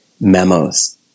memos